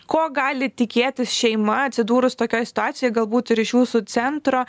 ko gali tikėtis šeima atsidūrus tokioj situacijoj galbūt ir iš jūsų centro